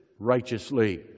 righteously